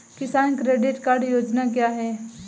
किसान credit card योजना क्या है?